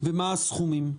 ומה הסכומים?